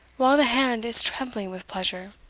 while the hand is trembling with pleasure